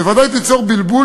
בוודאי תיצור בלבול,